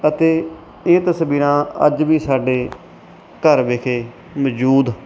ਅਤੇ ਇਹ ਤਸਵੀਰਾਂ ਅੱਜ ਵੀ ਸਾਡੇ ਘਰ ਵਿਖੇ ਮੌਜੂਦ